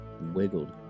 wiggled